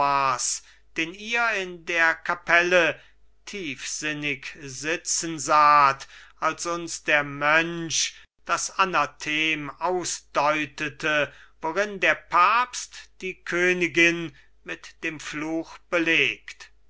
den ihr in der kapelle tiefsinnig sitzen saht als uns der mönch das anathem ausdeutete worin der papst die königin mit dem fluch belegt